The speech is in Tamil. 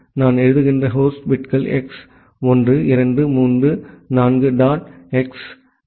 நான் எழுதுகின்ற ஹோஸ்ட் பிட்கள் x 1 2 3 4 dot x x x x x x X